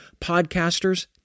podcasters